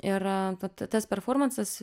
ir vat tas performansas